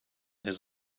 his